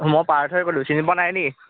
মই পাৰ্থই ক'লো চিনি পোৱা নাই নেকি